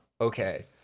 okay